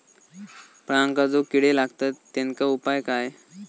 फळांका जो किडे लागतत तेनका उपाय काय?